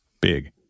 Big